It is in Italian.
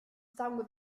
sangue